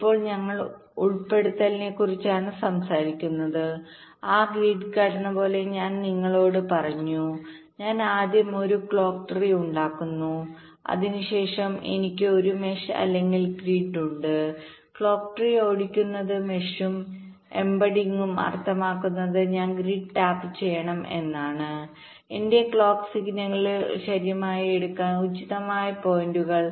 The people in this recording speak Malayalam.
ഇപ്പോൾ ഞങ്ങൾ ഉൾപ്പെടുത്തലിനെക്കുറിച്ചാണ് സംസാരിക്കുന്നത് ആ ഗ്രിഡ് ഘടന പോലെ ഞാൻ നിങ്ങളോട് പറഞ്ഞു ഞാൻ ആദ്യം ഒരു ക്ലോക്ക് ട്രീ ഉണ്ടാക്കുന്നു അതിനുശേഷം എനിക്ക് ഒരു മെഷ് അല്ലെങ്കിൽ ഗ്രിഡ് ഉണ്ട് ക്ലോക്ക് ട്രീ ഓടിക്കുന്നത് മെഷും എംബെഡിംഗും അർത്ഥമാക്കുന്നത് ഞാൻ ഗ്രിഡ് ടാപ്പുചെയ്യണം എന്നാണ് എന്റെ ക്ലോക്ക് സിഗ്നലുകൾ ശരിയായി എടുക്കാൻ ഉചിതമായ പോയിന്റുകൾ